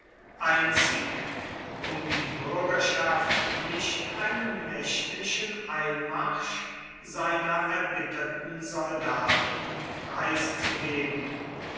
einzig um die bürgerschaft nicht einem nächtlichen einmarsch seiner erbitterten soldaten preiszugeben